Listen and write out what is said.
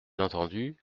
entendu